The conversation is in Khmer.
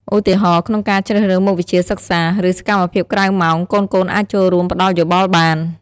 ឧទាហរណ៍ ក្នុងការជ្រើសរើសមុខវិជ្ជាសិក្សា ឬសកម្មភាពក្រៅម៉ោង កូនៗអាចចូលរួមផ្ដល់យោបល់បាន។